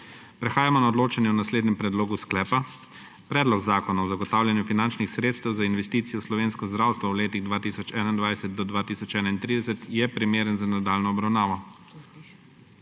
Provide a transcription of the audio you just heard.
Prehajamo na odločanje o naslednjem predlogu sklepa: Predlog zakona o zagotavljanju finančnih sredstev za investicije v slovensko zdravstvo v letih od 2021 do 2031 je primeren za nadaljnjo obravnavo.